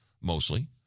mostly